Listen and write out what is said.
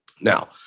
Now